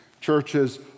churches